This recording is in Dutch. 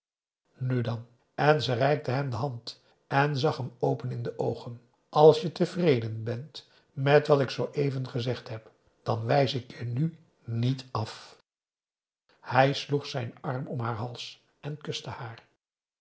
nu dan en ze reikte hem de hand en zag hem open in de oogen als je tevreden bent met wat ik zooeven gezegd heb dan wijs ik je nu niet af hij sloeg zijn arm om haar hals en kuste haar